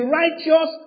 righteous